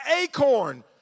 acorn